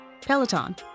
Peloton